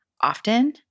often